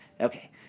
okay